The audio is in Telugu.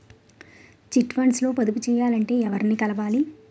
చిట్ ఫండ్స్ లో పొదుపు చేయాలంటే ఎవరిని కలవాలి?